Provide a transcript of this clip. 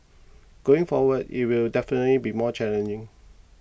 going forward it will definitely be more challenging